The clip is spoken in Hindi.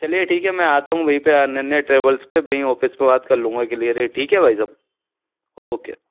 चलिए ठीक है मैं आता हूँ वहीं पर अनन्या ट्रैवल्स पर वहीं ऑफ़िस पर बात कर लूँगा क्लीअर है ठीक है भाई साहब ओके